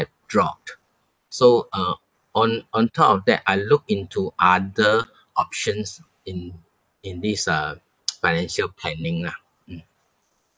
had dropped so uh on on top of that I look into other options in in this uh financial planning lah mm